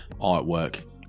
artwork